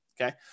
okay